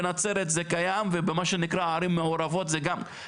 בנצרת זה קיים ומה שנקרא ערים מעורבת זה גם.